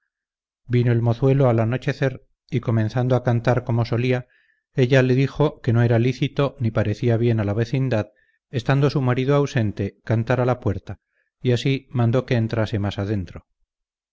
vino el mozuelo al anochecer y comenzando a cantar como solía ella le dijo que no era lícito ni parecía bien a la vecindad estando su marido ausente cantar a la puerta y así mandó que entrase mas adentro